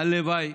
הלוואי.